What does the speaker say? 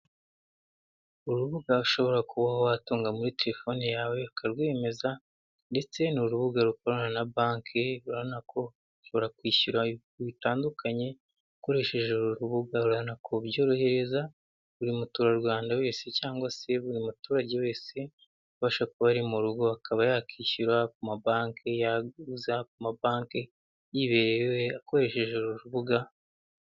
Urubuga ushobora kuba watunga muri telefone yawe ukarwimeza, ndetse n' urubuga rukorana na banki ruranako ushobora kwishyura bitandukanye ukoresheje uru rubuga ru kubyorohereza buri muturarwanda wese cyangwa se buri muturage wese ubasha kuba ari mu rugo akaba yakwishyura ku mabanki yaguza amabanki yibereye mu rugo akoresheje uru rubuga.